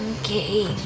Okay